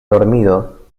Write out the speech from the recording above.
dormido